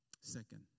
Second